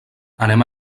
anem